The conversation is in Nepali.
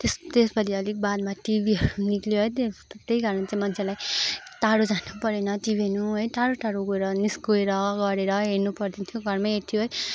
त्यस त्यसपालि अलिक बादमा टिभी निक्लियो है त्यही कारण चाहिँ मान्छेलाई टाडो जानु परेन टिभी हेर्नु है टाडो टाडो गएर गएर गरेर हेर्नु पर्दैनथियो घरमै हेर्थ्यो है